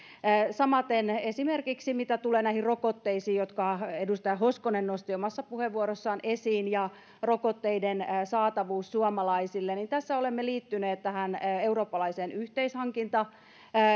samaten esimerkiksi mitä tulee näihin rokotteisiin jotka edustaja hoskonen nosti omassa puheenvuorossaan esiin ja rokotteiden saatavuuteen suomalaisille tässä olemme liittyneet eurooppalaiseen yhteishankintamekanismiin